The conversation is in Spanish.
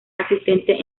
asistente